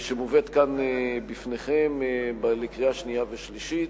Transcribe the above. שמובאת כאן לפניכם לקריאה שנייה ושלישית.